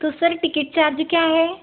तो sir ticket charge क्या है